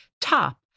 top